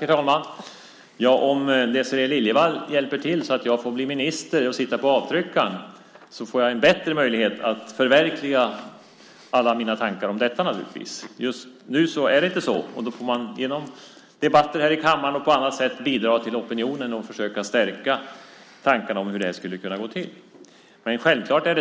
Herr talman! Om Désirée Liljevall hjälper till så att jag får bli minister och sitta på avtryckaren så får jag bättre möjlighet att förverkliga alla mina tankar om detta. Just nu är det inte så, och då får man genom debatter här i kammaren och på andra sätt bidra till opinionen och försöka stärka tankarna på hur det här skulle kunna gå till. Självfallet måste